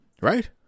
Right